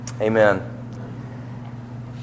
Amen